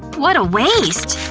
what a waste.